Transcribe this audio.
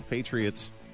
Patriots